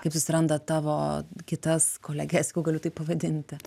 kaip susiranda tavo kitas koleges jeigu galiu taip pavadinti